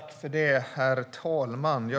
Herr talman!